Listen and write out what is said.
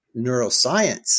neuroscience